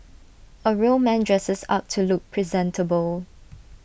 A real man dresses up to look presentable